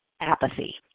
Apathy